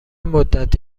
مدت